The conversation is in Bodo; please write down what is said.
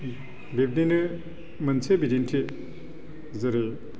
बिबदिनो मोनसे बिदिनथि जेरै